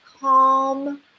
calm